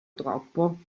troppo